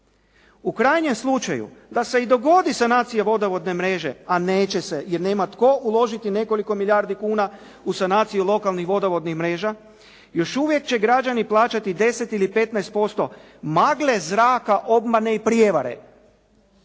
U krajnjem slučaju da se i dogodi sanacija vodovodne mreže, a neće se jer nema tko uložiti nekoliko milijardi kuna, u sanaciju lokalnih vodovodnih mreža, još uvijek će građani plaćati 10 ili 15% magle, zraka, obmane i prevare.